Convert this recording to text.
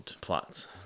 plots